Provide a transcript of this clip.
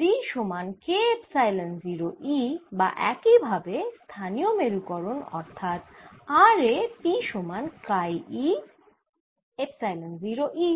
D সমান K epsilon 0 E বা একই ভাবে স্থানীয় মেরুকরন অর্থাৎ r এ P সমান কাই e এপসাইলন 0 E